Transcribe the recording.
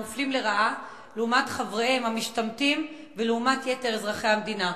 מופלים לרעה לעומת חבריהם המשתמטים ולעומת יתר אזרחי המדינה.